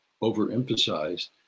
overemphasized